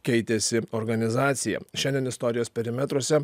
keitėsi organizacija šiandien istorijos perimetruose